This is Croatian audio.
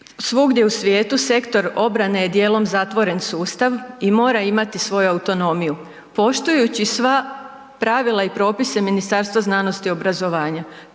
svugdje u svijetu sektor obrane je dijelom zatvoren sustav i mora imati svoju autonomiju poštujući sva pravila i propise Ministarstva znanosti i obrazovanja.